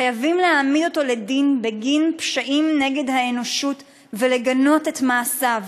חייבים להעמיד אותו לדין בגין פשעים נגד האנושות ולגנות את מעשיו,